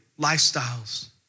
lifestyles